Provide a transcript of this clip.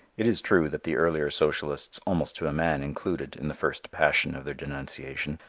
it is true that the earlier socialists almost to a man included in the first passion of their denunciation,